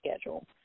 schedule